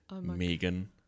Megan